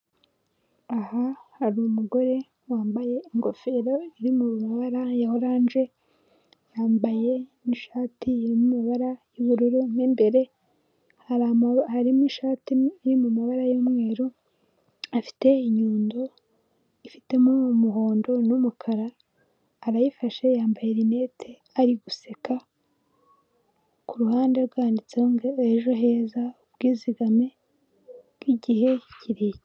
Aha hari umugore wambaye ingofero iri mu mabara ya oranje yambaye n'ishati irimo amabara y'ubururu mo imbere hariba harimo ishati iri mumabara y'umweru afite inyundo ifitemo umuhondo umukara arayifashe yambaye inete ari guseka k'uruhande rwanditseho ejo heza ubwizigame bw'igihe gikire.